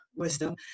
wisdom